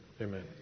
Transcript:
Amen